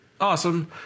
awesome